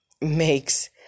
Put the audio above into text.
makes